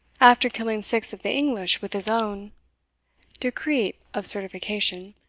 after killing six of the english with his own decreet of certification,